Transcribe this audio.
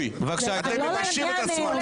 אתם מביישים את עצמכם.